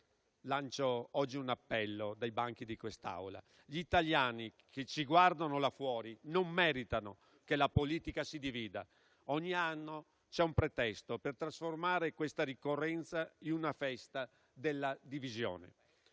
Lancio oggi un appello dai banchi di quest'Aula. Gli italiani che ci guardano là fuori non meritano che la politica si divida. Ogni anno c'è un pretesto per trasformare questa ricorrenza in una festa della divisione.